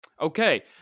Okay